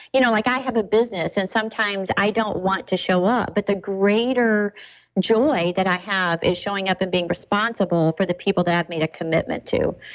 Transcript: you know like i have a business and sometimes i don't want to show up, but the greater joy that i have is showing up and being responsible for the people that have made a commitment to,